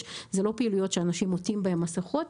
הן לא פעילויות שאנשים עוטים בהן מסכות.